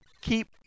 keep